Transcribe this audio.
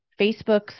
Facebook's